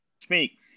speak